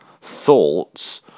thoughts